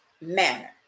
manner